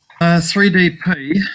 3DP